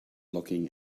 looking